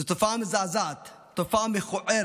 זו תופעה מזעזעת, תופעה מכוערת,